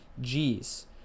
G's